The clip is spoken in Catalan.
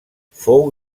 fou